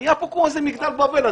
נהיה כאן כמו מגדל בבל.